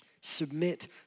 Submit